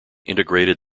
integrated